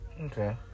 Okay